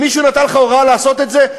אם מישהו נתן לך הוראה לעשות את זה,